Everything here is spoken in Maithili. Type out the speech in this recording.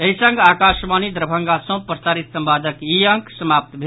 एहि संग आकाशवाणी दरभंगा सँ प्रसारित संवादक ई अंक समाप्त भेल